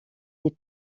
des